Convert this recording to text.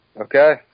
Okay